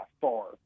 far